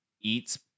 eats